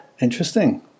interesting